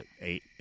eight